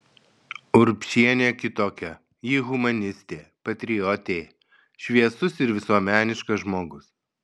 urbšienė kitokia ji humanistė patriotė šviesus ir visuomeniškas žmogus